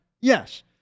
Yes